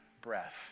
breath